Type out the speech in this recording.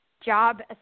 Job